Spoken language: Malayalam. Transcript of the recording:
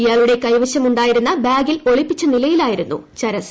ഇയാളുടെ കൈവശമുണ്ടായിരുന്ന ബാഗിൽ ഒളിപ്പിച്ച നിലയിലായിരുന്നു ചരസ്